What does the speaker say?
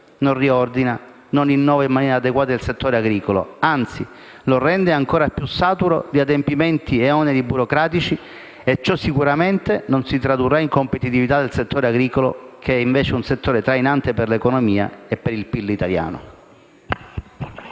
non riordina e non innova in maniera adeguata il settore agricolo; anzi, lo rende ancora più saturo di adempimenti e oneri burocratici e ciò sicuramente non si tradurrà in competitività del settore agricolo, che è invece un settore trainante per l'economia e per il PIL italiano.